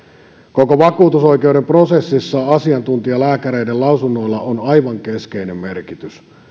koko vakuutusoikeuden prosessissa asiantuntijalääkäreiden lausunnoilla on aivan keskeinen merkitys